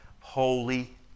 holy